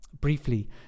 briefly